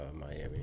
Miami